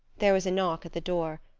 there was a knock at the door.